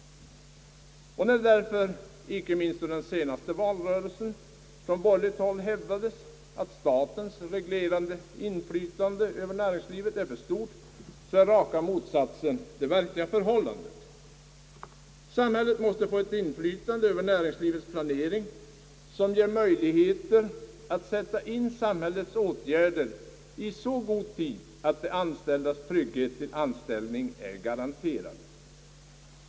När det därför — och icke minst under den senaste valrörelsen — från borgerligt håll hävdades, att statens reglerande inflytande över näringslivet är för stort, så är raka motsatsen det verkliga förhållandet. Samhället måste få ett inflytande över näringslivets planering, som ger möjligheter att sätta in samhällets åtgärder i så god tid, att de anställdas trygghet till anställning är garanterad.